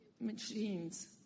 machines